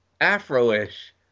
afro-ish